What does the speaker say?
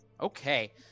Okay